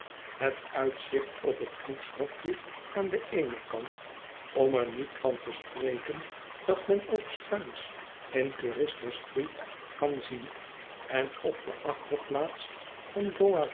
het uitzicht op het cook's hofje aan den eenen kant om er niet van te spreken dat men ook schuins in cursitor str eet kan zien en op de achterplaats van